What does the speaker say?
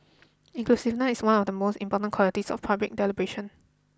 inclusiveness is one of the most important qualities of public deliberation